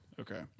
Okay